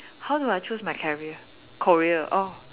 how do I choose my carrier courier oh